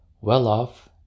Well-off